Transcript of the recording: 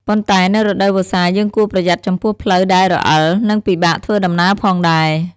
ប៉ុន្តែនៅរដូវវស្សាយើងគួរប្រយ័ត្នចំពោះផ្លូវដែលរអិល និងពិបាកធ្វើដំណើរផងដែរ។